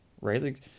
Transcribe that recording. right